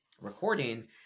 recording